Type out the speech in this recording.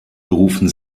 berufen